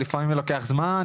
לפעמים זה לוקח זמן,